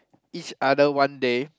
each other one day